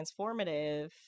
transformative